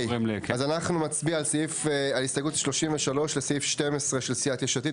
אז אנחנו נצביע על הסתייגות 33 לסעיף 12 של סיעת יש עתיד.